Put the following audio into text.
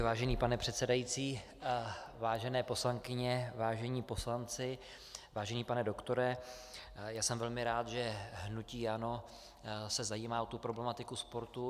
Vážený pane předsedající, vážená poslankyně, vážení poslanci, vážený pane doktore, já jsem velmi rád, že hnutí ANO se zajímá o tu problematiku sportu.